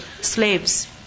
Slaves